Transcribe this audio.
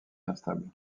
instable